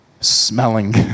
smelling